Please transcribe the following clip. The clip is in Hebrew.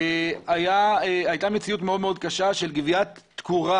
היתה מציאות מאוד קשה של גביית תקורה